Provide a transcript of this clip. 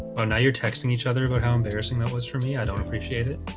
and you're texting each other about how embarrassing that was for me i don't appreciate it